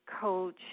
coach